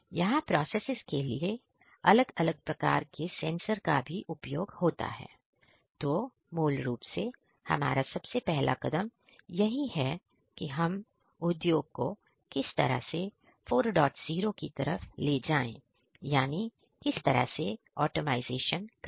यहां प्रोसेसेस के लिए अलग अलग प्रकार के कैंसर का भी उपयोग होता है तो मूल रूप से हमारा सबसे पहला कदम यही है कि हम उद्योग को किस तरह से 40 की तरफ ले जाएं यानी ऑटोमायसेशन करें